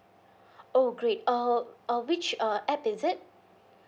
oh great uh uh which uh app is it